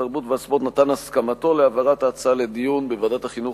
התרבות והספורט נתן את הסכמתו להעברת ההצעה לדיון בוועדת החינוך,